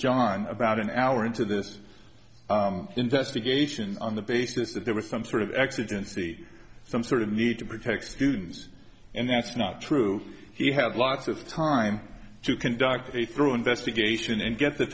john about an hour into this investigation on the basis that there was some sort of exigency some sort of need to protect students and that's not true he had lots of time to conduct a thorough investigation and get the